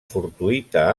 fortuïta